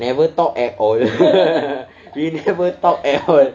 never talk at all we never talk at all